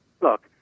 Look